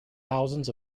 thousands